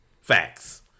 Facts